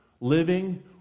living